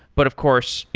but of course,